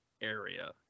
Area